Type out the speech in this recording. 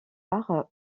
part